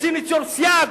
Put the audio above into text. רוצים ליצור סייג?